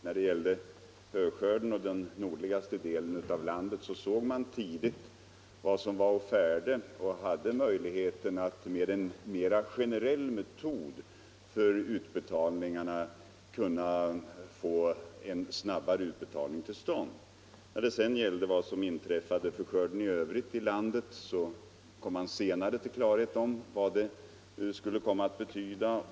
Vad beträffar höskörden och den nordligaste delen av landet såg man tidigt vad som var på färde och hade möjligheten att med en mera generell metod få snabba utbetalningar till stånd. När det gäller vad som hände med skörden i övrigt i landet kom man senare till klarhet om vad det skulle komma att betyda.